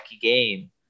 game